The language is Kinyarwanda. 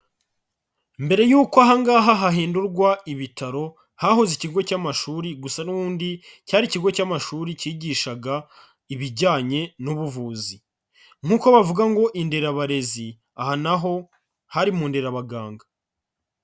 Mbere y'uko aha ngaha hahindurwa ibitaro hahoze ikigo cy'amashuri, gusa n'ubundi cyari ikigo cy'amashuri kigishaga ibijyanye n'ubuvuzi nk'uko bavuga ngo inderabarezi, aha naho hari mu nderabaganga.